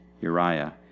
Uriah